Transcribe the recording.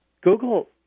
Google